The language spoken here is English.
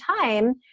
time